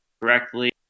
correctly